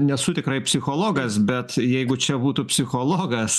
nesu tikrai psichologas bet jeigu čia būtų psichologas